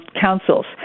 councils